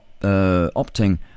opting